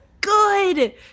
good